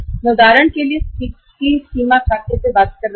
उदाहरण के लिए अमेरिका में यह सीसी लिमिट अकाउंट उपलब्ध नहीं है